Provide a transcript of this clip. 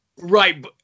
Right